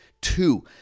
Two